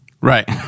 Right